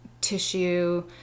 tissue